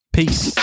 Peace